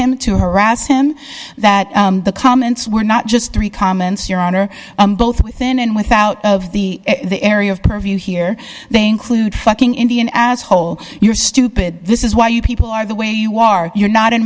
him to harass him that the comments were not just three comments your honor both within and without of the area of purview here they include fucking indian as whole you're stupid this is why you people are the way you are you're not an